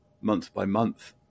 month-by-month